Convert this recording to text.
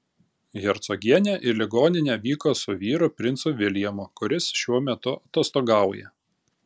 hercogienė į ligoninę vyko su vyru princu viljamu kuris šiuo metu atostogauja